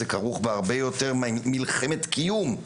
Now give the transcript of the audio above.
זה כרוך בהרבה יותר מלחמת קיום.